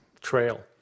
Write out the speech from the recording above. trail